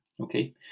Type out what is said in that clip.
Okay